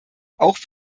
auch